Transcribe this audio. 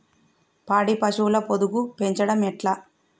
పాడి పశువుల పొదుగు పెంచడం ఎట్లా?